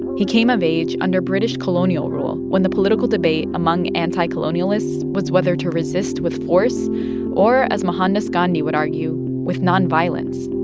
he came of age under british colonial rule, when the political debate among anti-colonialists was whether to resist with force or, as mohandas gandhi would argue, with nonviolence.